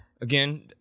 Again